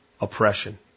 oppression